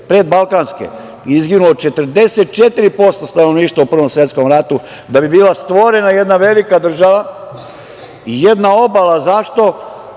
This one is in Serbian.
pre Balkanskih izginulo je 44% stanovništva u Prvom svetskom ratu, da bi bila stvorena jedna velika država i jedna obala.Zašto,